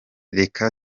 reka